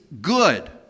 good